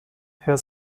herr